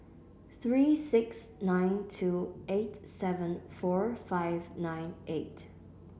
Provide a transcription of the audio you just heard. three six nine two eight seven four five nine eight